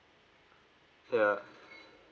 ya